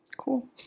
cool